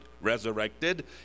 resurrected